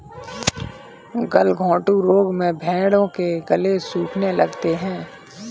गलघोंटू रोग में भेंड़ों के गले सूखने लगते हैं